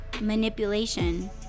manipulation